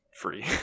free